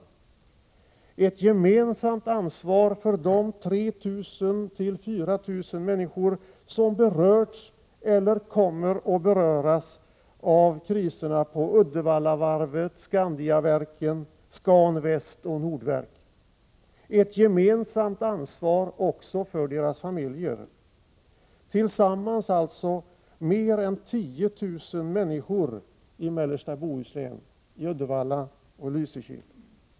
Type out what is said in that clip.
Vi har ”ett gemensamt ansvar” för de 3 0004 000 människor som berörts eller kommer att beröras av kriserna på Uddevallavarvet, Skandiaverken, ScanVäst och Nordverk, ”ett gemensamt ansvar” också för deras familjer — tillsammans alltså mer än 10 000 människor i mellersta Bohuslän, i Uddevalla och Lysekil.